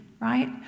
right